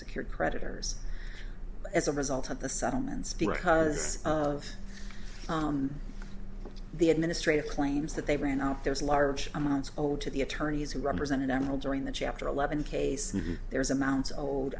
secured creditors as a result of the settlements because of the administrative claims that they ran out there's large amounts owed to the attorneys who represented emerald during the chapter eleven case and there's amounts o